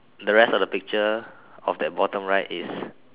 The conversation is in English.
the rest of the picture of that bottom right is